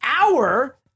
hour